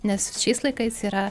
nes šiais laikais yra